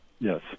Yes